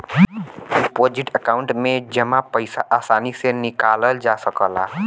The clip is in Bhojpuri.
डिपोजिट अकांउट में जमा पइसा आसानी से निकालल जा सकला